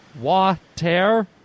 Water